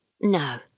No